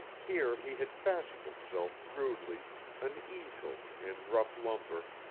here he had fashioned himself rudely an easel in rough lumber,